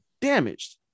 damaged